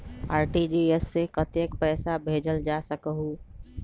RTGS से कतेक पैसा भेजल जा सकहु???